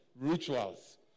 rituals